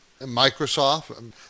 Microsoft